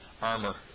Armor